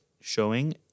showing